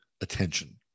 attention